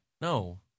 No